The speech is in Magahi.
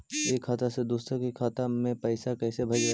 एक खाता से दुसर के खाता में पैसा कैसे भेजबइ?